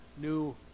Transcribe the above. new